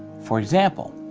for example,